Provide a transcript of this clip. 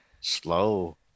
Slow